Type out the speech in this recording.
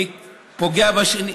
מי פוגע בשני.